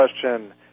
question